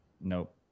nope